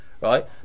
right